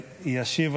מגיש שאילתות מצטיין.